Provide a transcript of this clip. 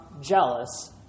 jealous